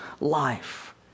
life